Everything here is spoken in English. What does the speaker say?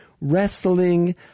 wrestling